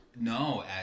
No